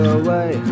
away